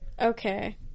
Okay